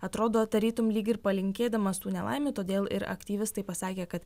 atrodo tarytum lyg ir palinkėdamas tų nelaimių todėl ir aktyvistai pasakė kad